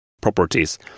properties